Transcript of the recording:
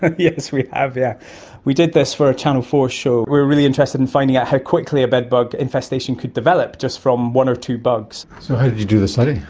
ah yes, we have. yeah we did this for a channel four show, we were really interested in finding out how quickly a bedbug infestation could develop just from one or two bugs. so how did you do the study,